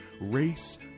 race